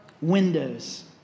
windows